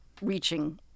reaching